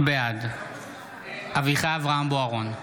בעד אביחי אברהם בוארון,